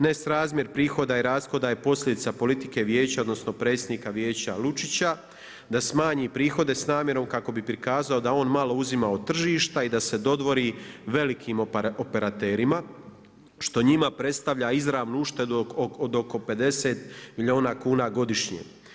Nesrazmjer prihoda i rashoda je posljedica politike vijeća odnosno predsjednika vijeća Lučića da smanji prihode s namjerom kako bi prikazao da on malo uzima od tržišta i da se dodvori velikim operaterima što njima predstavlja izravnu uštedu od oko 50 milijuna kuna godišnje.